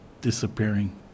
disappearing